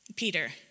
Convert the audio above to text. Peter